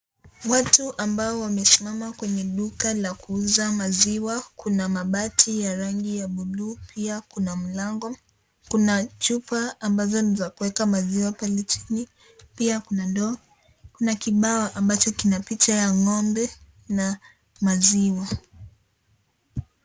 Watu ambao wamesimama kwenye duka la kuuza maziwa. Kuna mabati ya rangi ya bluu, pia kuna mlango. Kuna chupa ambazo ni za kuweka maziwa pale chini, pia kuna ndoo. Kuna kibao ambacho kina picha ya ng'ombe na maziwa.